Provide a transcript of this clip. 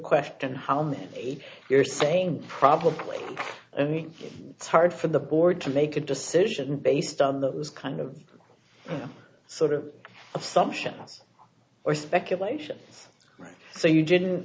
question how many you're saying probably i mean it's hard for the board to make a decision based on those kind of sort of assumptions or speculation right so you didn't